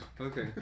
Okay